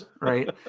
right